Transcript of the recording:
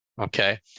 Okay